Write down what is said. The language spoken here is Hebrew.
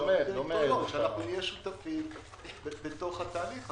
שנהיה שותפים בתהליך.